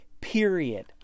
period